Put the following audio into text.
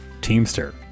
Teamster